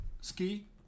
ski